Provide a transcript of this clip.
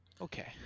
Okay